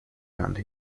around